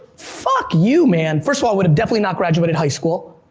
fuck you, man! first of all, would've definitely not graduated high school.